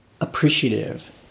appreciative